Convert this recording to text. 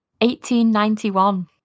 1891